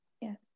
Yes